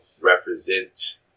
represent